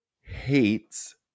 hates